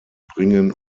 bringen